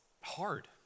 hard